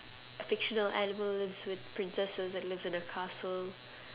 fictional animal lives with princesses and lives in a castle